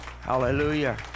Hallelujah